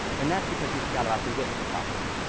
and that's because you forgot about the width property.